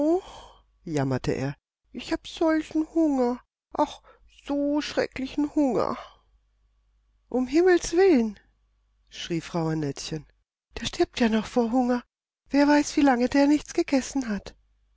jammerte er ich hab solchen hunger ach so schrecklichen hunger um himmels willen schrie frau annettchen der stirbt ja noch vor hunger wer weiß wie lange der nichts gegessen hat